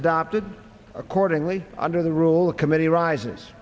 adopted accordingly under the rule a committee rises